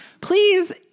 please